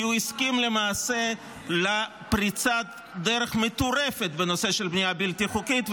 כי הוא הסכים למעשה לפריצת דרך מטורפת בנושא של בנייה בלתי חוקית,